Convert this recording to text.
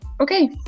Okay